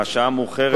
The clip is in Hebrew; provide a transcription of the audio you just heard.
השעה מאוחרת.